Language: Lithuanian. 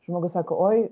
žmogus sako oi